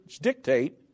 dictate